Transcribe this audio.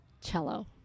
Cello